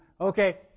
Okay